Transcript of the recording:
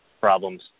problems